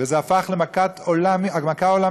וזה הפך למכה עולמית.